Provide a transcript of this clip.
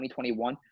2021